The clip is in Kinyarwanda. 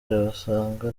irabasanga